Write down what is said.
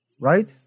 Right